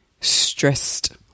stressed